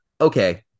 Okay